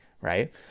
right